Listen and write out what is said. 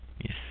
Yes